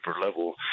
level